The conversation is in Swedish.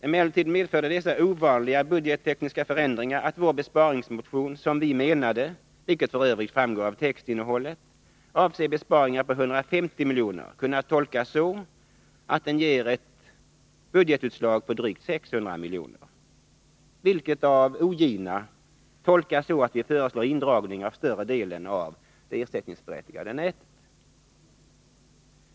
Emellertid medförde dessa ovanliga budgettekniska förändringar att vår besparingsmotion, som vi menade — vilket f. ö. framgår av textinnehållet — skulle avse besparingar på 150 miljoner, kunnat tolkas så, att den ger ett budgetutslag på drygt 600 miljoner, vilket av ogina tolkas så att vi föreslår indragning av större delen av det ersättningsberättigade nätet.